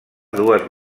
dues